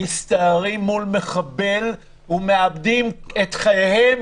מסתערים מול מחבל ומאבדים את חייהם,